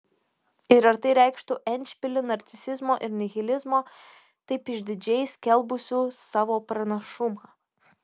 ir ar tai reikštų endšpilį narcisizmo ir nihilizmo taip išdidžiai skelbusių savo pranašumą